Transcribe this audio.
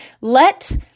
Let